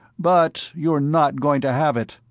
but you're not going to have it,